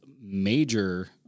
major